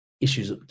issues